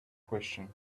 question